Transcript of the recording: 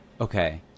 okay